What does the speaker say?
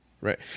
Right